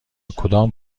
کدام